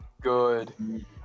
Good